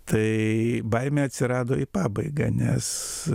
tai baimė atsirado į pabaigą nes